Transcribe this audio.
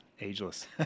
Ageless